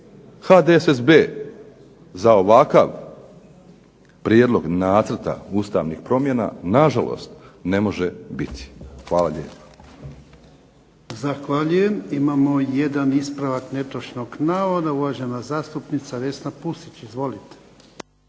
HDSSB za ovakav prijedlog nacrta ustavnih promjena na žalost ne može biti. Hvala lijepo.